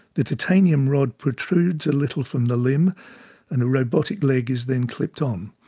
the titanium rod protrudes a little from the limb and a robotic leg is then clipped on.